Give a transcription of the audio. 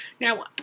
Now